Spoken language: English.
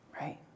Right